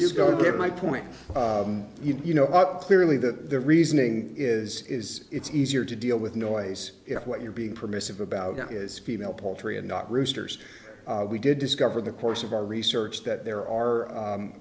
is going to be my point you know clearly that the reasoning is is it's easier to deal with noise if what you're being permissive about is female poultry and not roosters we did discover the course of our research that there are